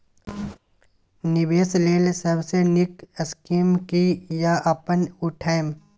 निवेश लेल सबसे नींक स्कीम की या अपन उठैम?